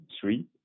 three